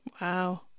Wow